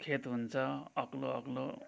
खेत हुन्छ अग्लो अग्लो